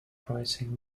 pricing